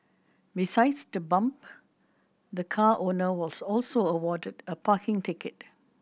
besides the bump the car owner was also awarded a parking ticket